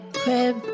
crib